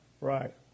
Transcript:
Right